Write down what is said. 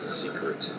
secret